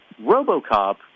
RoboCop